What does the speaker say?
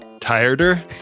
tireder